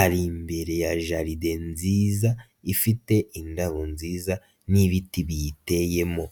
ari imbere ya jaride nziza ifite indabo nziza n'ibiti biyiteyemo.